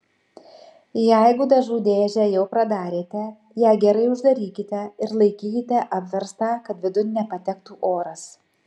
jeigu dažų dėžę jau pradarėte ją gerai uždarykite ir laikykite apverstą kad vidun nepatektų oras